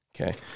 okay